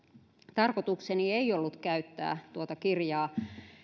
tarkoitukseni ei ollut käyttää tuota kirjaa